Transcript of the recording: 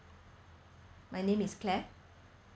my name is claire